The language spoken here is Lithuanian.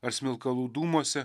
ar smilkalų dūmuose